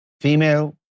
Female